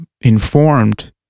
informed